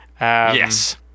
Yes